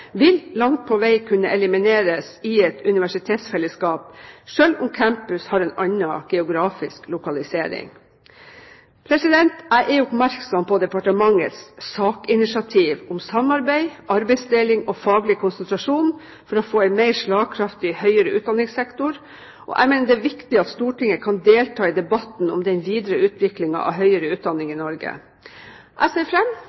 vil langt på vei kunne elimineres i et universitetsfellesskap, selv om campus har en annen geografisk lokalisering. Jeg er oppmerksom på departementets SAK-initiativ om samarbeid, arbeidsdeling og faglig konsentrasjon for å få en mer slagkraftig, høyere utdanningssektor, og jeg mener det er viktig at Stortinget kan delta i debatten om den videre utviklingen av høyere utdanning i Norge. Jeg ser